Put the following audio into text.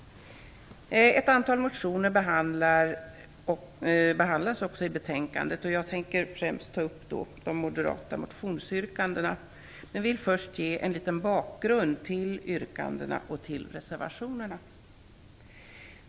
Ett antal motioner behandlas också i betänkandet. Jag tänker främst ta upp de moderata motionsyrkandena. Jag vill först ge en bakgrund till yrkandena och till reservationerna.